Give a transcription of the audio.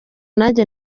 nanjye